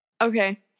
Okay